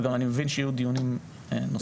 אני מבין שיהיו דיונים נוספים.